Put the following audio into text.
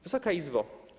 Wysoka Izbo!